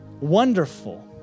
wonderful